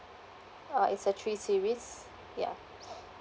uh it's a three series ya